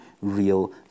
real